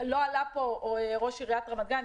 לא עלה פה ראש עיריית רמת-גן,